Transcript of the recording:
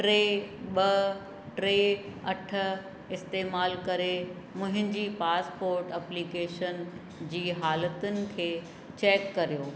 टे ॿ टे अठ इस्तेमाल करे मुंहिंजी पासपोर्ट एप्लीकेशन जी हालतुनि खे चैक करियो